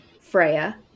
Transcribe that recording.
Freya